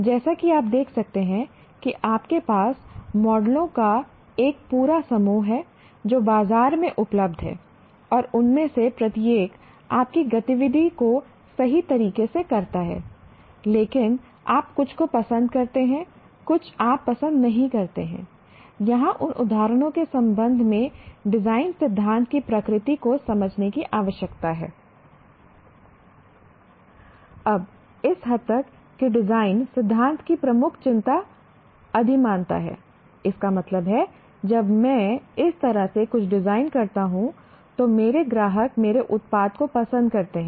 जैसा कि आप देख सकते हैं कि आपके पास मॉडलों का एक पूरा समूह है जो बाजार में उपलब्ध हैं और उनमें से प्रत्येक आपकी गतिविधि को सही तरीके से करता है लेकिन आप कुछ को पसंद करते हैं कुछ आप पसंद नहीं करते हैं यहां उन उदाहरणों के संबंध में डिजाइन सिद्धांत की प्रकृति को समझने की आवश्यकता हैI अब इस हद तक कि डिजाइन सिद्धांत की प्रमुख चिंता अधिमानता है इसका मतलब है जब मैं इस तरह से कुछ डिजाइन करता हूं तो मेरे ग्राहक मेरे उत्पाद को पसंद करते हैं